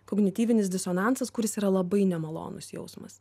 kognityvinis disonansas kuris yra labai nemalonus jausmas